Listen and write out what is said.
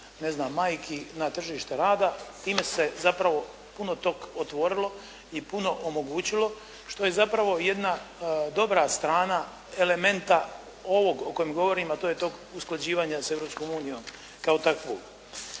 ne znam, majki na tržište rada. Time se zapravo puno tog otvorilo i puno omogućilo što je zapravo jedna dobra strana elementa ovog o kojem govorim a to je to usklađivanje s Europskom